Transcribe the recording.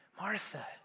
Martha